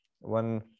One